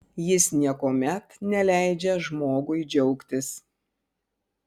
jis niekuomet neleidžia žmogui džiaugtis